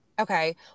Okay